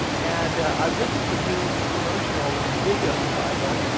and i've looked at the new promotional ah videos of aibo,